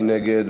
מי נגד?